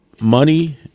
money